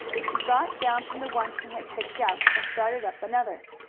he got down from the one he had picked out, and started up another.